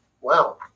Wow